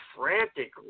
frantically